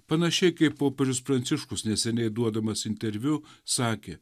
panašiai kaip popiežius pranciškus neseniai duodamas interviu sakė